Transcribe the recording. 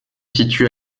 situe